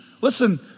listen